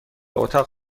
اتاق